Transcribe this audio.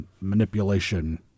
manipulation